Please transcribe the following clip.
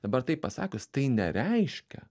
dabar tai pasakius tai nereiškia